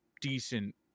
decent